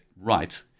right